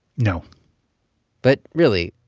no but, really,